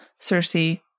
Cersei